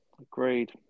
agreed